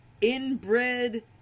inbred